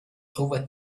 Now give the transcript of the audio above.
over